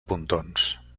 pontons